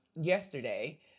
yesterday